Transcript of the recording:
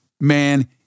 man